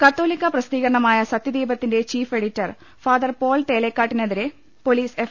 കത്തോലിക്കാ പ്രസിദ്ധീകരണമായ സത്യദീപത്തിന്റെ chief editor father Paul തേലേക്കാട്ടിനെതിരെ പൊലീസ് എഫ്